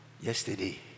Yesterday